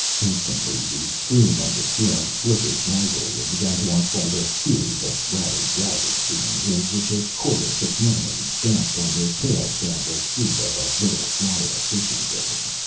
instantly the screen on the ceiling flickered noisily and began to unfold a series of rather ragged scenes in which a chorus of mermaids danced on their tails down the street of a little florida fishing village.